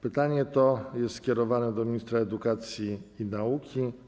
Pytanie to jest skierowane do ministra edukacji i nauki.